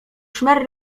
szmer